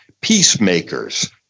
peacemakers